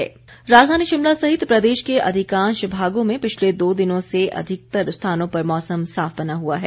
मौसम राजधानी शिमला सहित प्रदेश के अधिकांश भागों में पिछले दो दिनों से अधिकतर स्थानों पर मौसम साफ बना हुआ है